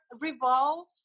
Revolve